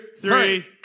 three